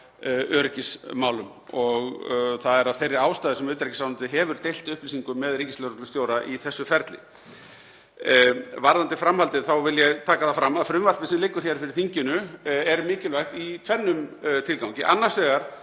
Það er af þeirri ástæðu sem utanríkisráðuneytið hefur deilt upplýsingum með ríkislögreglustjóra í þessu ferli. Varðandi framhaldið þá vil ég taka það fram að frumvarpið sem liggur hér fyrir þinginu er mikilvægt í tvennum tilgangi, annars vegar